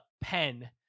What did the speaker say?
pen